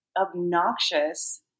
obnoxious